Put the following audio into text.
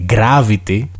Gravity